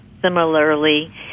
similarly